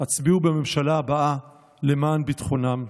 הצביעו בממשלה הבאה למען ביטחונן.